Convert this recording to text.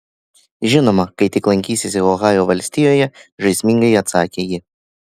žinoma kai tik lankysiesi ohajo valstijoje žaismingai atsakė ji